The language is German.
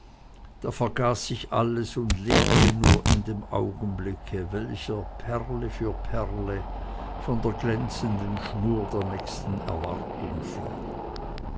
da vergaß ich alles und lebte nur dem augenblicke welcher perle für perle von der glänzenden schnur der nächsten erwartung fiel